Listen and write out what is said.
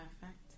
perfect